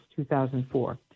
2004